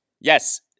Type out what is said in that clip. Yes